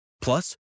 Plus